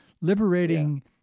liberating